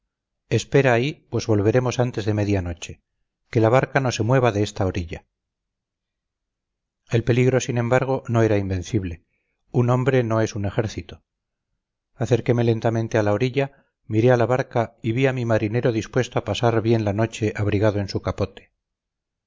espera ahí pues volveremos antes de media noche que la barca no se mueva de esta orilla el peligro sin embargo no era invencible un hombre no es un ejército acerqueme lentamente a la orilla miré a la barca y vi a mi marinero dispuesto a pasar bien la noche abrigado en su capote